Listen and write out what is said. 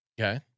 Okay